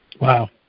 Wow